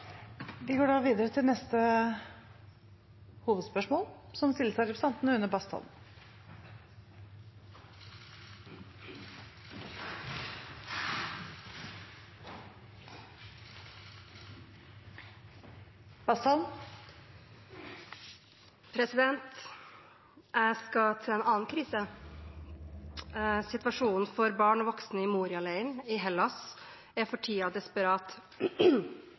Vi går da videre til neste hovedspørsmål. Jeg skal til en annen krise. Situasjonen for barn og voksne i Moria-leiren i Hellas er for tiden desperat.